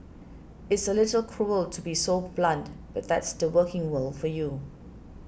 it's a little cruel to be so blunt but that's the working world for you